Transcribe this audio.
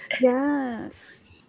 Yes